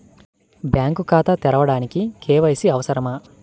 Bank ఖాతా తెరవడానికి KYC అవసరమా?